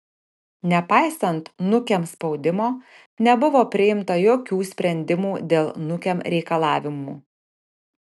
nepaisant nukem spaudimo nebuvo priimta jokių sprendimų dėl nukem reikalavimų